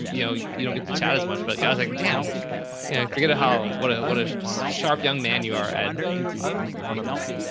you know, you don't get to chat as much, but like i was like, damn, and i forget how, what what a sharp young man you are. ed. thank you. thank you. appreciate that.